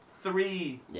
Three